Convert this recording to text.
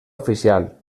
oficial